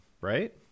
right